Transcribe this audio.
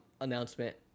announcement